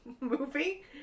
movie